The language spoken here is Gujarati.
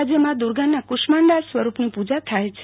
આજે મા દુર્ગાના કુષ્ટમાંડા સ્વરૂપની પુજા થાય છે